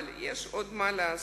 אבל יש עוד מה לעשות.